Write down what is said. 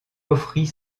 offrit